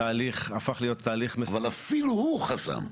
התהליך הפך להיות תהליך --- אבל אפילו הוא חסם.